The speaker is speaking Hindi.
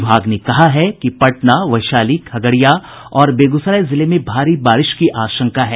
विभाग ने कहा है कि पटना वैशाली खगड़िया और बेगूसराय जिले में भारी बारिश की आशंका है